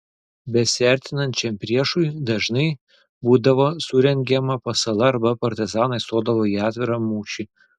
besiartinančiam priešui dažnai būdavo surengiama pasala arba partizanai stodavo į atvirą mūšį